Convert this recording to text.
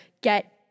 get